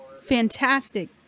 Fantastic